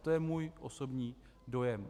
To je můj osobní dojem.